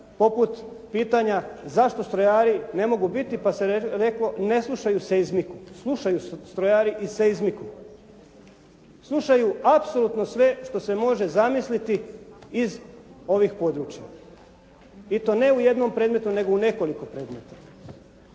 poput pitanja zašto strojari ne mogu biti pa se reklo, ne slušaju seizmiku, slušaju strojari i seizmiku, slušaju apsolutno sve što se može zamisliti iz ovih područja. I to ne u jednom predmetu nego u nekoliko predmeta.